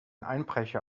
einbrecher